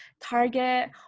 target